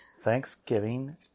Thanksgiving